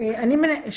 מנהלת אגף.